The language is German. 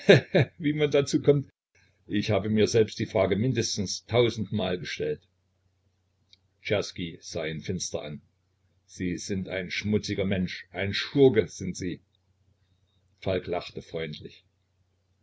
wie man dazu kommt ich habe mir selbst die frage mindestens tausendmal gestellt czerski sah ihn finster an sie sind ein schmutziger mensch ein schurke sind sie falk lachte freundlich